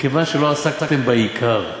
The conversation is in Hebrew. מכיוון שלא עסקתם בעיקר.